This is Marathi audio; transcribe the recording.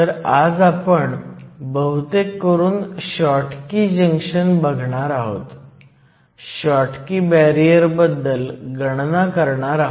म्हणून भाग अ मध्ये आपल्याला या जंक्शनच्या बिल्ट इन पोटेन्शियलची गणना करायची आहे